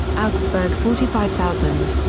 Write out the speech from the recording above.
augsburg forty five thousand.